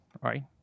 right